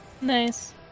Nice